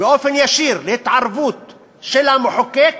באופן ישיר להתערבות של המחוקק